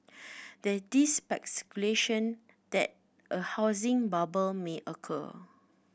there this speculation that a housing bubble may occur